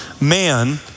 man